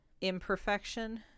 imperfection